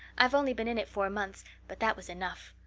i've only been in it four months, but that was enough.